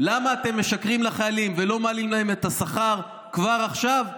למה אתם משקרים לחיילים ולא מעלים להם את השכר כבר עכשיו,